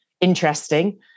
interesting